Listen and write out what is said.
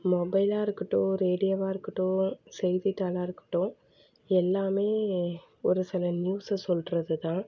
மொபைலாக இருக்கட்டும் ரேடியோவாக இருக்கட்டும் செய்தித்தாளாக இருக்கட்டும் எல்லாமே ஒரு சில நியூஸை சொல்கிறது தான்